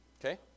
Okay